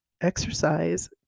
exercise